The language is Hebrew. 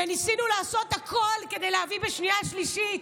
וניסינו לעשות הכול כדי להביא את זה בשנייה ושלישית.